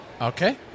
Okay